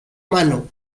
mano